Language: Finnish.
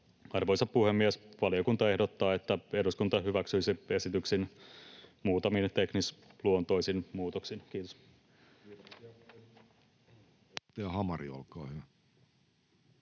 Arvoisa puhemies! Valiokunta ehdottaa, että eduskunta hyväksyisi esityksen muutamin teknisluontoisin muutoksin. — Kiitos.